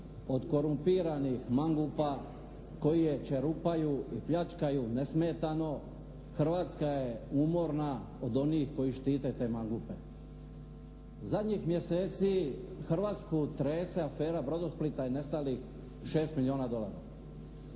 od korumpiranih mangupa koji je čerupaju i pljačkaju nesmetano, Hrvatska je umorna od onih koji štite te mangupe. Zadnjih mjeseci Hrvatsku trese afera "Brodosplita" i nestalih 6 milijuna dolara.